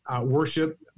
worship